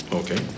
okay